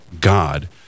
God